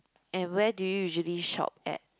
and where do you usually shop at